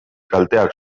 kalteak